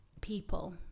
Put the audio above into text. people